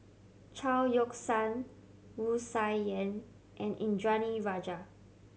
Chao Yoke San Wu Tsai Yen and Indranee Rajah